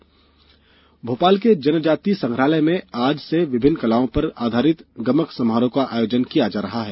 कला भोपाल के जनजातीय संग्रहालय में आज से विभिन्न कलाओं पर आधारित गमक समारोह का आयोजन किया जा रहा है